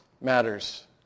matters